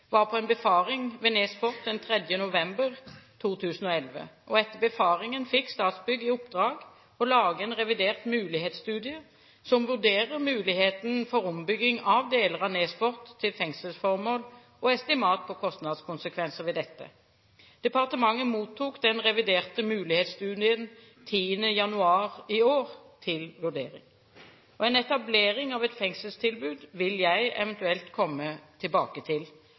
var på en befaring ved Nes fort den 3. november 2011. Etter befaringen fikk Statsbygg i oppdrag å lage en revidert mulighetsstudie som vurderer muligheten for ombygging av deler av Nes fort til fengselsformål, og estimat på konstnadskonsekvenser ved dette. Departementet mottok den reviderte mulighetsstudien til vurdering den 10. januar i år. En etablering av et fengselstilbud vil jeg eventuelt komme tilbake til.